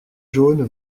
jaunes